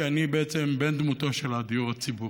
כי אני בעצם בן דמותו של הדיור הציבורי.